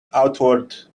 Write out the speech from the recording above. outward